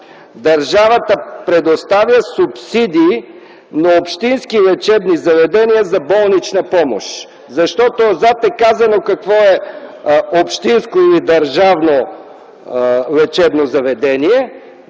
„Държавата предоставя субсидии на общински лечебни заведения за болнична помощ”. Отзад е казано какво е общинско или държавно лечебно заведение,